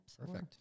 Perfect